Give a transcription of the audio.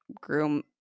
groom